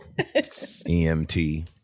EMT